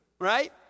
Right